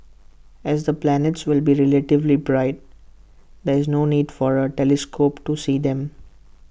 as the planets will be relatively bright there is no need for A telescope to see them